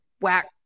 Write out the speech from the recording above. whack